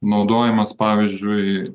naudojamas pavyzdžiui